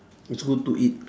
it's good to eat